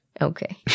Okay